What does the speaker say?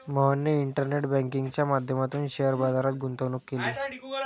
मोहनने इंटरनेट बँकिंगच्या माध्यमातून शेअर बाजारात गुंतवणूक केली